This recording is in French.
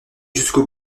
jusqu’au